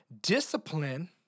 Discipline